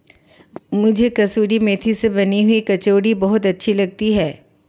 मुझे कसूरी मेथी से बनी हुई कचौड़ी बहुत अच्छी लगती है